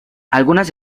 algunas